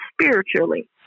spiritually